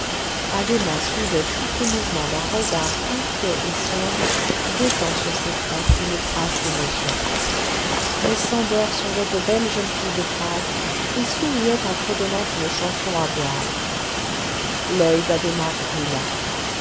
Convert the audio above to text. addhéma suivait tous ses mouvements d'un regard inquiet et sombre guettant sur ses traits une trace d'émotion mais szandor songeait aux belles jeunes filles de prague et souriait en fredonnant une chanson à boire l'oeil d'addhéma brûla